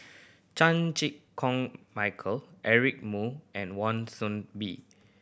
Chan Chew Koon Michael Eric Moo and Wan Soon Bee